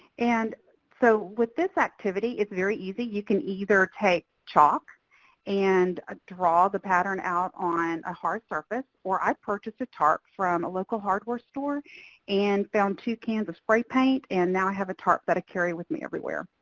and so, with this activity, it's very easy. you can either take chalk and draw the pattern out on a hard surface or i purchased a tarp from a local hardware store and found two cans of spray paint and now i have a tarp that i carry with me everywhere.